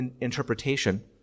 interpretation